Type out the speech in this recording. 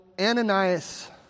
Ananias